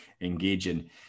engaging